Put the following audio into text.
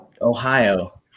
Ohio